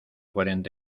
cuarenta